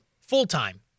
full-time